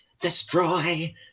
destroy